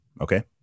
Okay